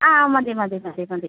ആ മതി മതി മതി മതി